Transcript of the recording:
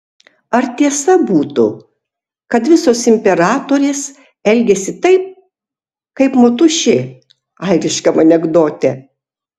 ar tiesa būtų kad visos imperatorės elgiasi taip kaip motušė airiškam anekdote